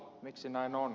miksi näin on